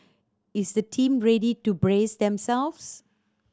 is the team ready to brace themselves